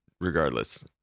Regardless